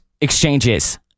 exchanges